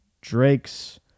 Drake's